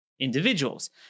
individuals